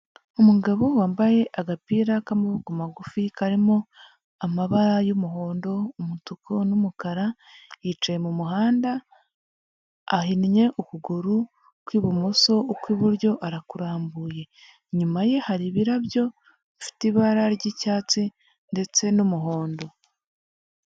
Umugabo wambaye agapira k'amaboko magufi karimo amabara y'umuhondo, umutuku n'umukara, yicaye mu muhanda ahinnye ukuguru kw'ibumoso, ukw'iburyo arakurambuye. Inyuma ye hari ibirabyo bifite ibara ry'icyatsi ndetse n'umuhondo.